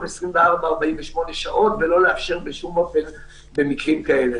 24 48 שעות ולא לאפשר בשום אופן במקרים כאלה.